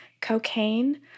cocaine